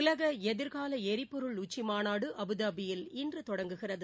உலக எதிர்கால எரிபொருள் உச்சிமாநாடு அபுதாபியில் இன்று தொடங்குகிறது